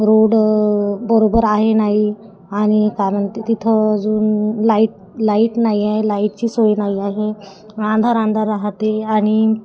road बरोबर आहे नाही आणि काय म्हणते तिथं अजून लाईट लाईट नाही आहे लाईटची सोय नाही आहे अंधार अंधार राहते आणि